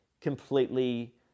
completely